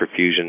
perfusion